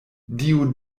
dio